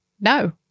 No